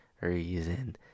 reason